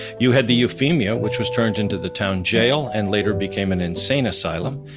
you had the euphemia which was turned into the town jail and later became an insane asylum.